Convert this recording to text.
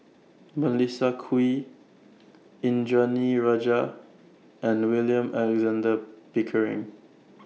Melissa Kwee Indranee Rajah and William Alexander Pickering